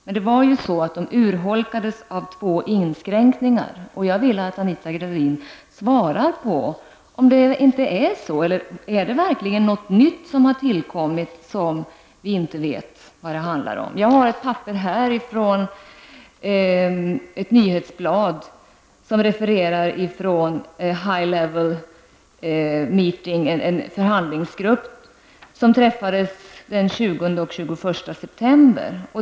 Men det var ju så att detta urholkades av två inskränkningar. Jag vill att Anita Gradin svarar på om det är så. Eller är det verkligen något nytt som har tillkommit och som vi inte känner till? Jag har ett papper här från ett nyhetsblad som refererar från ''a high level meeting'', en förhandlingsgrupp som träffades den 20 och 21 september.